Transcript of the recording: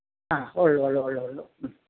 ആഹ് ഉള്ളൂ ഉള്ളൂ ഉള്ളൂ ഉള്ളൂ മ്